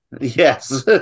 Yes